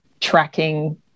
tracking